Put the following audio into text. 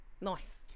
Nice